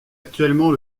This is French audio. actuellement